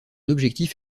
objectif